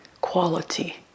quality